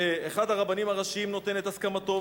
ואחד הרבנים הראשיים נותן את הסכמתו,